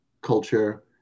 culture